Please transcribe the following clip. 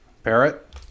Parrot